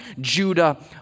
Judah